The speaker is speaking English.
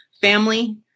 family